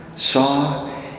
saw